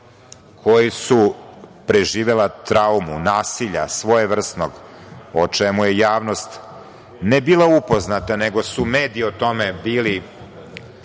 koja su preživela traumu, nasilje svojevrsno, o čemu je javnost ne bila upoznata, nego su mediji o tome zaista